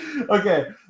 Okay